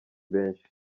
benshi